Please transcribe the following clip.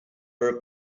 are